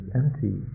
empty